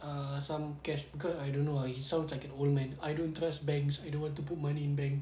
uh some cash cause I don't know ah he sounds like an old man I don't trust banks I don't want to put money in bank